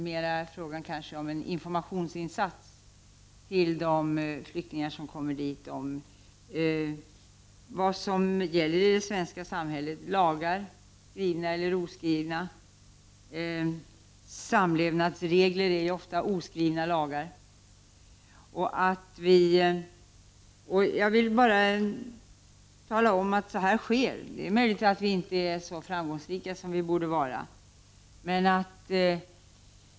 Det är kanske mera fråga om information till de flyktingar som kommer hit om vad som gäller i det svenska samhället — skrivna och oskrivna lagar, samlevnadsregler som ofta är oskrivna lagar. Så gör vi, men det är möjligt att vi inte är så framgångsrika som vi borde vara.